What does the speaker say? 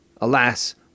Alas